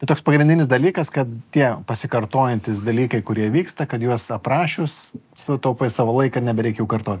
tai toks pagrindinis dalykas kad tie pasikartojantys dalykai kurie vyksta kad juos aprašius tu taupai savo laiką ir nebereik jų kartot